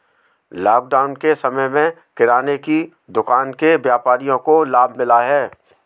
lockdown के समय में किराने की दुकान के व्यापारियों को लाभ मिला है